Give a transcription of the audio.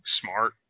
smart